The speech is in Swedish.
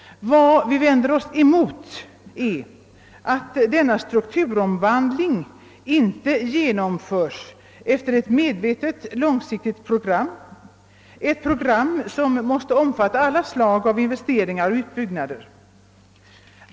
Vad vi vänder oss mot är att denna strukturomvandling inte genomförs efter ett medvetet, långsiktigt program, ett program som måste omfatta alla slag av investeringar och utbyggnader.